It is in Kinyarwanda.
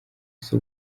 ese